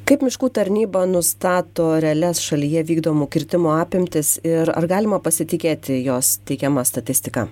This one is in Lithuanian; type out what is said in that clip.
kaip miškų tarnyba nustato realias šalyje vykdomų kirtimų apimtis ir ar galima pasitikėti jos teikiama statistika